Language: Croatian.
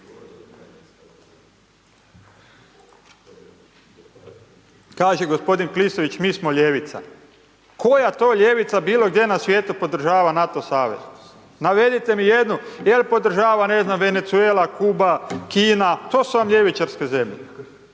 Kaže g. Klisović, mi smo ljevica. Koja to ljevica bilo gdje na svijetu podržava NATO savez, navedite mi jednu. Je li podržava, ne znam, Venezuela, Kuba, Kina, to su vam ljevičarske zemlje.